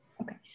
Okay